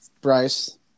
Bryce